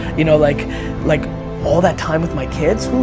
you know like like all that time with my kids,